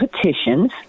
petitions